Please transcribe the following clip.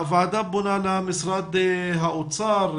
הוועדה פונה למשרד האוצר,